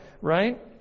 right